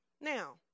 Now